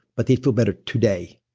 but they'd feel better today,